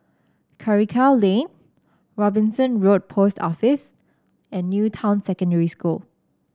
Karikal Lane Robinson Road Post Office and New Town Secondary School